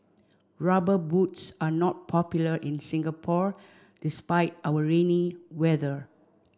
rubber boots are not popular in Singapore despite our rainy weather